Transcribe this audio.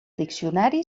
diccionari